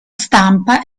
stampa